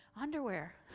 underwear